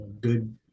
good